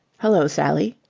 hullo, sally!